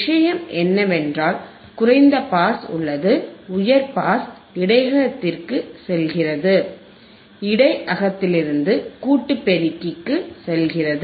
விஷயம் என்னவென்றால் குறைந்த பாஸ் உள்ளது உயர் பாஸ் இடையகத்திற்கு செல்கிறது இடை அகத்திலிருந்து கூட்டு பெருக்கிக்கு செல்கிறது